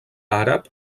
àrab